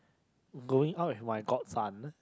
going out with my godson